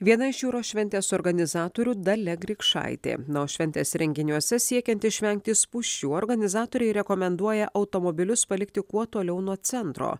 viena iš jūros šventės organizatorių dalia grikšaitė na o šventės renginiuose siekiant išvengti spūsčių organizatoriai rekomenduoja automobilius palikti kuo toliau nuo centro